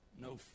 No